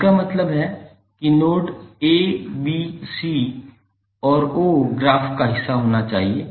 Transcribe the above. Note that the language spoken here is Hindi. इसका मतलब है कि नोड a b c और o ग्राफ का हिस्सा होना चाहिए